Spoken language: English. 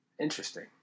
Interesting